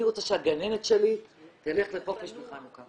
אני רוצה שהגננת שלי תלך לחופש בחנוכה.